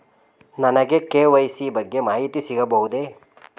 ನನಗೆ ಕೆ.ವೈ.ಸಿ ಬಗ್ಗೆ ಮಾಹಿತಿ ಸಿಗಬಹುದೇ?